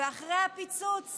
ואחרי הפיצוץ